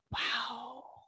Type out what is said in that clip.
Wow